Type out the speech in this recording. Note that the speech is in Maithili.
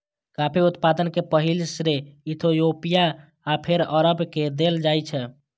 कॉफी उत्पादन के पहिल श्रेय इथियोपिया आ फेर अरब के देल जाइ छै